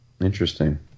Interesting